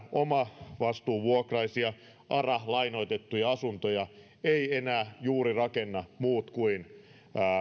omavastuuvuokraisia ara lainoitettuja asuntoja eivät enää rakenna juuri muut kuin